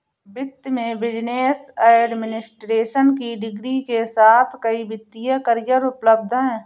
वित्त में business administration की डिग्री के साथ कई वित्तीय करियर उपलब्ध हैं